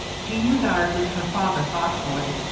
jeanne regarded her father thoughtfully.